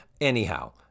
Anyhow